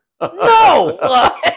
No